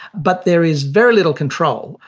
but there is very little control,